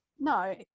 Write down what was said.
No